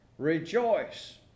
Rejoice